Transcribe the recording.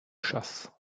chasse